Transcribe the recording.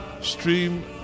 stream